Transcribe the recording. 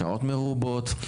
שעות מרובות.